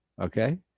okay